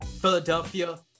Philadelphia